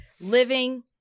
living